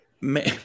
man